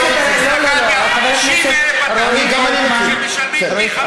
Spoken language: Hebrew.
50,000 שמשלמים פי-5.5.